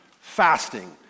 fasting